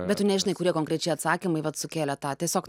bet tu nežinai kurie konkrečiai atsakymai vat sukėlė tą tiesiog